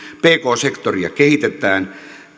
pk sektoria kehitetään